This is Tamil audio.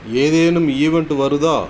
ஏதேனும் ஈவெண்ட் வருதா